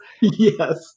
Yes